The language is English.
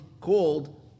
called